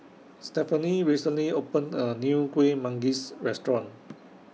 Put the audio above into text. Stephanie recently opened A New Kuih Manggis Restaurant